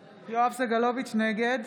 סגלוביץ' נגד